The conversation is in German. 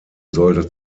sollte